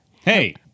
Hey